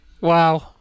Wow